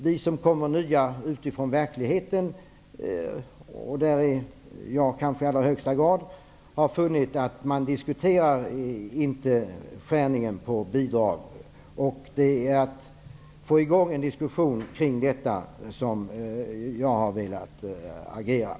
Vi som kommer nya utifrån verkligheten, och kanske jag i allra högsta grad, har funnit att man inte diskuterar nedskärning av bidrag. Det är för att få i gång en diskussion kring detta som jag har agerat.